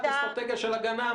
אסטרטגיה של הגנה,